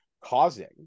causing